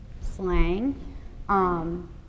slang